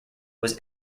was